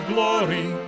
Glory